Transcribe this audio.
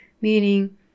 meaning